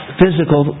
physical